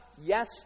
Yes